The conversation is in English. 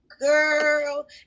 girl